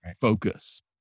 focus